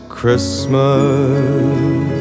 Christmas